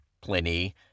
Pliny